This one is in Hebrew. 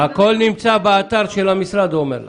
הכול נמצא באתר של המשרד אבנר אומר.